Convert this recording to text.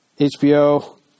HBO